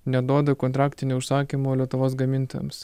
neduoda kontraktinių užsakymų lietuvos gamintojams